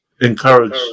encourage